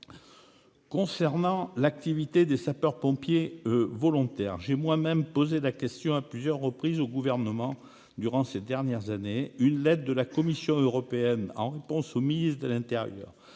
Concernant l'activité des sapeurs-pompiers volontaires, j'ai moi-même posé la question à plusieurs reprises au Gouvernement durant les deux dernières années. La réponse de la Commission européenne au ministre de l'intérieur,